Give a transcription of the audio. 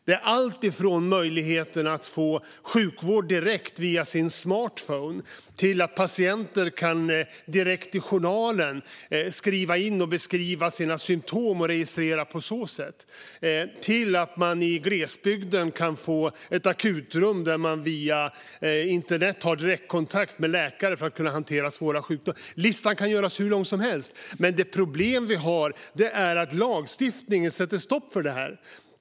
Det handlar om alltifrån möjligheten att få sjukvård direkt via sin smartphone och att patienter kan beskriva sina symtom direkt i journalen och på så sätt registrera dem till att man i glesbygden kan få ett akutrum där man via internet har direktkontakt med läkare för att kunna hantera svåra sjukdomar. Listan kan göras hur lång som helst, men det problem vi har är att lagstiftningen sätter stopp för detta.